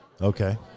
Okay